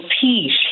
Peace